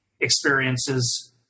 experiences